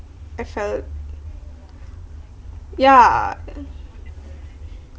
I felt yeah